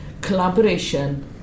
Collaboration